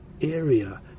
area